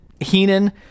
Heenan